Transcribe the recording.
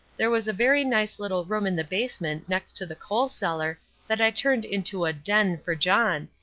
there was a very nice little room in the basement next to the coal cellar that i turned into a den for john,